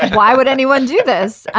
why would anyone do this?